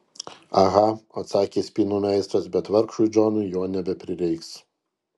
aha atsakė spynų meistras bet vargšui džonui jo nebeprireiks